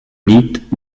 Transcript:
liegt